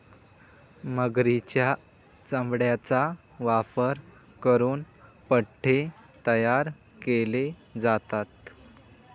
मगरीच्या चामड्याचा वापर करून पट्टे तयार केले जातात